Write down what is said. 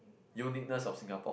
uniqueness of Singapore